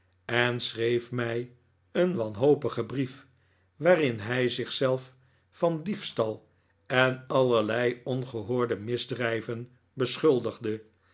en schreef mij een wanhopigen brief waarin hij zich zelf van diefstal en allerlei ongehoorde misdrijven beschuldigde